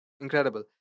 Incredible